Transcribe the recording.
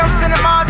cinema